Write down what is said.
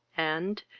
and,